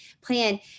plan